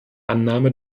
annahme